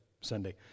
Sunday